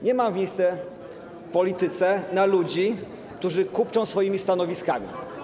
Nie ma miejsca w polityce dla ludzi, którzy kupczą swoimi stanowiskami.